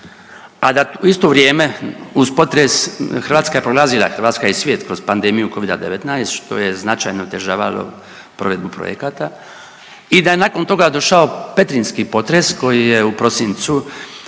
a da u isto vrijeme uz potres Hrvatska je prolazila, Hrvatska i svijet kroz pandemiju covida-19 što je značajno otežavalo provedbu projekata i da je nakon toga došao petrinjski potres koji je u prosincu